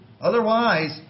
Otherwise